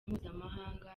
mpuzamahanga